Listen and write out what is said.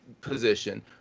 position